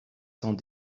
cent